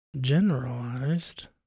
generalized